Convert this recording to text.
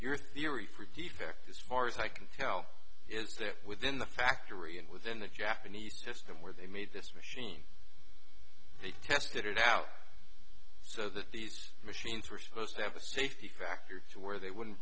your theory for defect as far as i can tell it's there within the factory and within the japanese system where they made this machine they tested it out so that these machines were supposed to have a safety factor to where they wouldn't